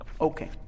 Okay